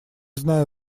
знаю